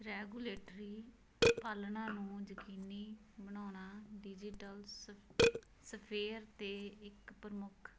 regulatory ਪਾਲਣਾ ਨੂੰ ਯਕੀਨੀ ਬਣਾਉਣਾ ਡਿਜੀਟਲ ਸ ਸਫੇਅਰ 'ਤੇ ਇੱਕ ਪ੍ਰਮੁੱਖ